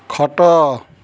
ଖଟ